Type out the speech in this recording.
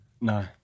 no